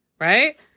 right